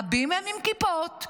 רבים מהם עם כיפות,